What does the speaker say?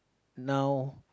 now